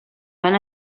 van